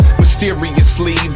mysteriously